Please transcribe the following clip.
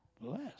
Bless